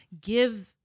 give